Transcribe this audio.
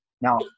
Now